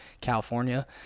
California